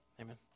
Amen